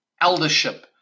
eldership